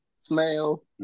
smell